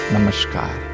Namaskar